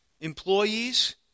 employees